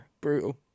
Brutal